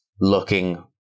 looking